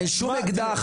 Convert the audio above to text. אין שום אקדח.